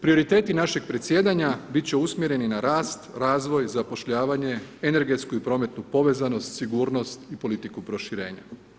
Prioriteti našeg predsjedanja bit će usmjereni na rast, razvoj, zapošljavanje, energetsku i prometnu povezanost, sigurnost i politiku proširenja.